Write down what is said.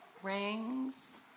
rings